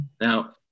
Now